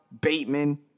Bateman